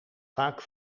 vaak